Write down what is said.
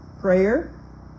prayer